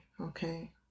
okay